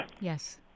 Yes